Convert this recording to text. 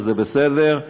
וזה בסדר,